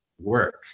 work